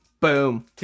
Boom